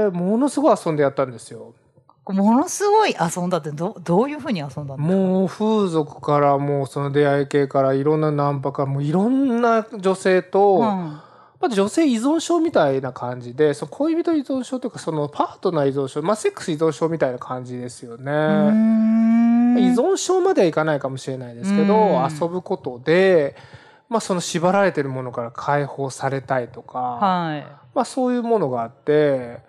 ものすごい遊んでやったんですよ。ものすごい遊んだってど- どういうふうに遊んだんだの？もう風俗からもうその出会い系からいろんなナンパからもういろんな女性と、うん。まあ女性依存症みたいな感じで、その恋人依存症というかそのパートナー依存症、まあセックス依存症みたいな感じですよね。うーん。依存症まではいかないかもしれないですけど、うん。遊ぶことで、まあその縛られてるものから解放されたいとか、はい。まあそういうものがあって、